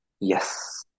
Yes